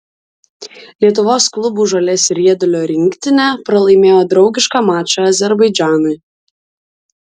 lietuvos klubų žolės riedulio rinktinė pralaimėjo draugišką mačą azerbaidžanui